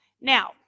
Now